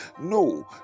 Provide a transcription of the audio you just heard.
No